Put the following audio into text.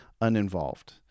uninvolved